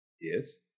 Yes